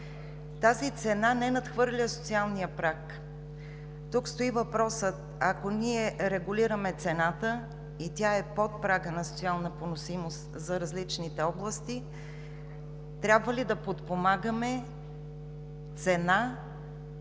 Тази цена не надхвърля социалния праг. Тук стои въпросът: ако ние регулираме цената и тя е под прага на социална поносимост за различните области, трябва ли да освободим цената,